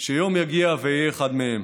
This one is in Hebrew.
שיום יגיע ואהיה אחד מהם.